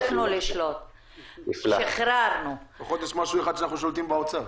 בסיכון מגילאי 6 חודשים עד 3 שנים וגם מועדוניות